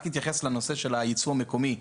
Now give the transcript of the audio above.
אני רק אתייחס לנושא של הייצור המקומי,